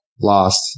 lost